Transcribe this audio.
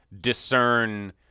discern